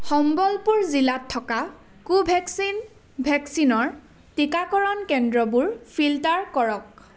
সম্বলপুৰ জিলাত থকা কোভেক্সিন ভেকচিনৰ টিকাকৰণ কেন্দ্ৰবোৰ ফিল্টাৰ কৰক